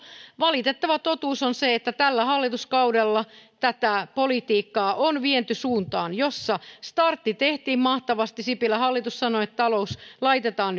valitettava totuus on se että tällä hallituskaudella tätä politiikkaa on viety suuntaan jossa startti tehtiin mahtavasti sipilän hallitus sanoi että talous laitetaan